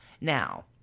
Now